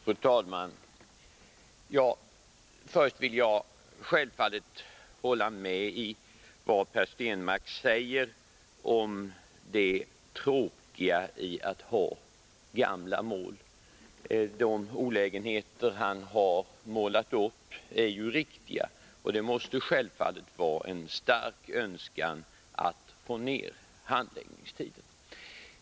Fru talman! Först vill jag självfallet instämma i vad Per Stenmarck säger om det tråkiga i att ha gamla mål. De olägenheter som han har målat upp är riktiga. Och det måste självfallet vara en stark önskan att få ned handläggningstiden.